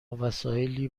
وسایلی